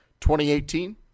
2018